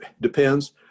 depends